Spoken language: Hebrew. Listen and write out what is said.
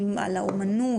על האומנות,